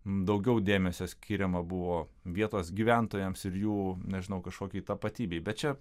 daugiau dėmesio skiriama buvo vietos gyventojams ir jų nežinau kažkokiai tapatybei bet čia